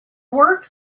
work